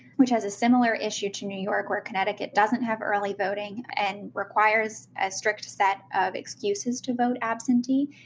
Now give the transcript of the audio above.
which has a similar issue to new york where connecticut doesn't have early voting and requires a strict set of excuses to vote absentee,